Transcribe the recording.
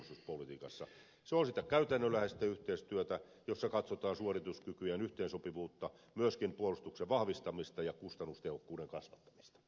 se on sitä käytännönläheistä yhteistyötä jossa katsotaan suorituskykyjen yhteensopivuutta myöskin puolustuksen vahvistamista ja kustannustehokkuuden kasvattamista